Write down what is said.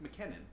McKinnon